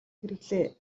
хэрэглээ